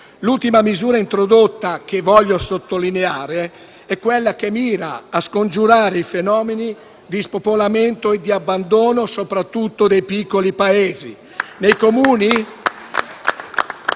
L'ultima misura introdotta che voglio sottolineare è quella che mira a scongiurare i fenomeni di spopolamento e di abbandono soprattutto nei piccoli paesi. *(Applausi